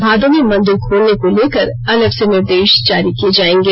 भादो में मंदिर खोलने को लेकर अलग से निर्देश जारी किए जाएंगे